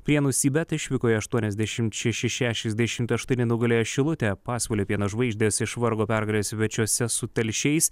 prienų sybet išvykoje aštuoniasdešimt šeši šešiasdešimt aštuoni nugalėjo šilutę pasvalio pieno žvaigždės išvargo pergalę svečiuose su telšiais